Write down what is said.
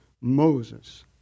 Moses